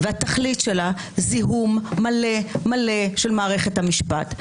שהתכלית שלה היא זיהום מלא מלא של מערכת המשפט.